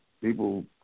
people